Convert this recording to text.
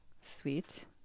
Sweet